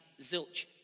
zilch